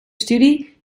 studie